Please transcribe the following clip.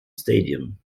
stadium